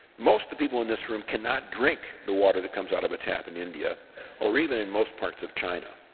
most of the people in this room cannot drink the water that comes out of a tap in india or even in most parts of china.